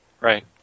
Right